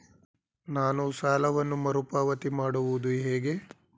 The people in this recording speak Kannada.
ನಾನು ಸಾಲವನ್ನು ಮರುಪಾವತಿ ಮಾಡುವುದು ಹೇಗೆ?